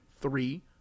three